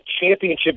championship